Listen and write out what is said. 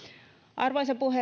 arvoisa